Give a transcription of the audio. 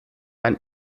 ein